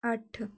ਅੱਠ